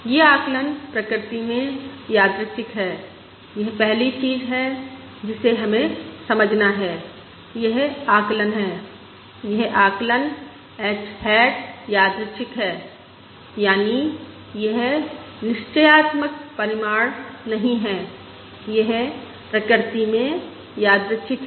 यह आकलन प्रकृति में यादृच्छिक है यह पहली चीज है जिसे हमें समझना है यह आकलन है यह आकलन h हैट यादृच्छिक है यानी यह निश्चय़ात्मक परिमाण नहीं है यह प्रकृति में यादृच्छिक है